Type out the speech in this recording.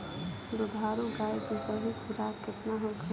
दुधारू गाय के सही खुराक केतना होखे?